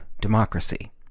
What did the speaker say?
democracy